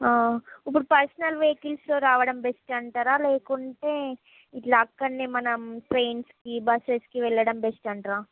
ఇప్పుడు personal vehicles రావడం best అంటారా లేకుంటే ఇలా అక్కడే మనం ట్రైన్స్కి బసెస్కి వెళ్ళడం బెస్ట్ అంటారా